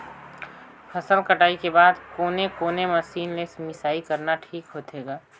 फसल कटाई के बाद कोने कोने मशीन ले मिसाई करना ठीक होथे ग?